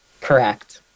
Correct